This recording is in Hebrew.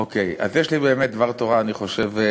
אוקיי, אז יש לי באמת דבר תורה, אני חושב,